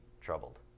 troubled